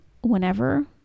whenever